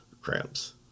cramps